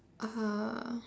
uh